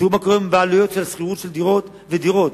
תראו מה קורה עם בעלויות על דירות בשכירות ועל דירות